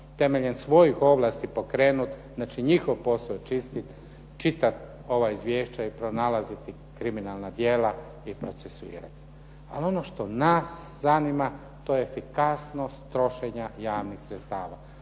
temeljem svojih ovlasti pokrenuti. Znači njihov posao je čistit, čitat ova izvješća i pronalaziti kriminalna djela i procesuirati. Ali ono što nas zanima to je efikasnost trošenja javnih sredstava,